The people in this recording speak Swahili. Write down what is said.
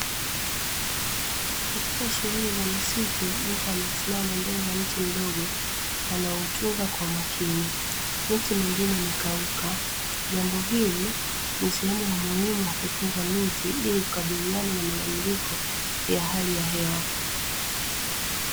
Katika shughuli za misitu mtu amesimama mbele ya mti mdogo anaoutunza kwa umakini, miti mingine imekauka, jambo hili ni sehemu ya umuhimu wa kutunza miti ili kukabiliana na mabadiliko ya hali ya hewa.